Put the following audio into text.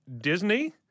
Disney